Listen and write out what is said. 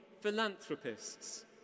philanthropists